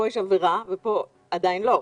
פה יש עבירה ופה עדיין לא.